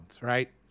right